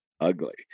ugly